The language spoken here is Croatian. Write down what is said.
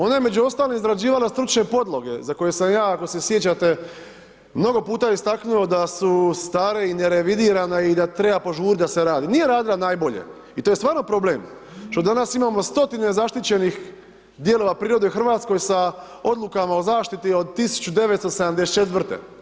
Ona je među ostalim izrađivala stručne podloge, za koje sam ja, ako se sjećate, mnogo puta istaknuo, da su stara i nerevidirana i da treba požuriti da se radi, nije radila najbolje i to je stvarno problem, što danas imamo stotine zaštićenih dijelova priroda Hrvatskoj sa odlukama o zaštiti od 1974.